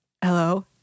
hello